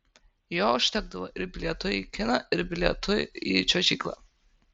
jo užtekdavo ir bilietui į kiną ir bilietui į čiuožyklą